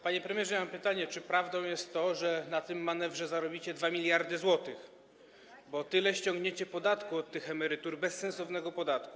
Panie premierze, ja mam pytanie, czy prawdą jest to, że na tym manewrze zarobicie 2 mld zł, bo tyle ściągniecie podatku od tych emerytów, bezsensownego podatku.